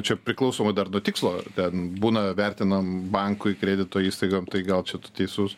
čia priklausomai dar nuo tikslo ten būna vertinam bankui kredito įstaigom tai gal čia tu teisus